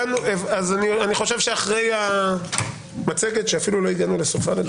אחרי המצגת שאפילו לא הגענו לסופה לדעתי.